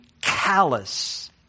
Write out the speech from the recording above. callous